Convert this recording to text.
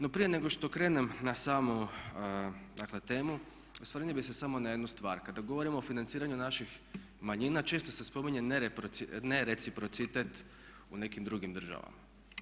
No, prije nego što krenem na samu dakle temu, osvrnuo bih se samo na jednu stvar, kada govorimo o financiranju naših manjina često se spominje nereciprocitet u nekim drugim državama.